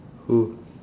who